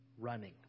running